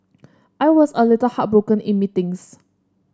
I was a little heartbroken in meetings